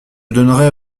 donnerai